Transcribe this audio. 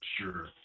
Sure